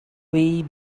way